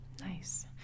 Nice